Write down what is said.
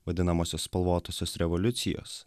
vadinamosios spalvotosios revoliucijos